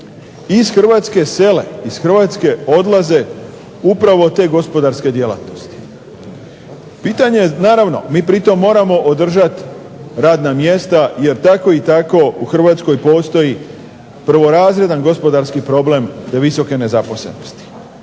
iz Hrvatske sele, odlaze te gospodarske djelatnosti. Mi pri tome moramo održati radna mjesta jer tako i tako u Hrvatskoj postoji prvorazredan gospodarski problem visoke nezaposlenosti.